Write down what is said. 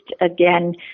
again